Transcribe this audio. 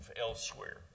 elsewhere